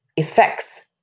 effects